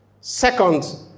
second